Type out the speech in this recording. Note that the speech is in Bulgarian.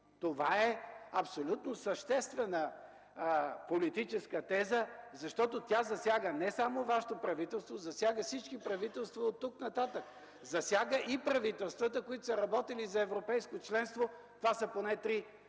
Това е абсолютно съществена политическа теза, защото тя засяга не само Вашето правителство, засяга всички правителства оттук нататък. Засяга и правителствата, които са работили за европейско членство – поне три-четири